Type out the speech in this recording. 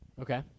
Okay